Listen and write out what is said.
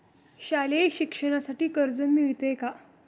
शालेय शिक्षणासाठी कर्ज मिळते का?